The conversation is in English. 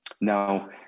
now